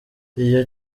iyo